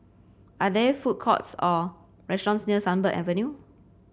are there food courts or restaurants near Sunbird Avenue